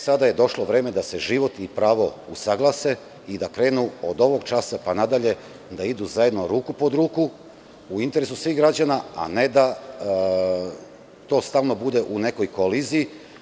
Sada je došlo vreme da se život i pravo usaglase i da, od ovog časa pa nadalje, idu zajedno ruku pod ruku u interesu svih građana, a ne da to stalno bude u nekoj koliziji.